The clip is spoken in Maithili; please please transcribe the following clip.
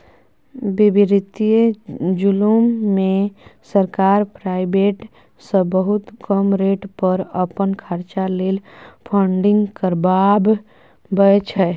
बित्तीय जुलुम मे सरकार प्राइबेट सँ बहुत कम रेट पर अपन खरचा लेल फंडिंग करबाबै छै